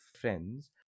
friends